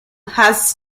has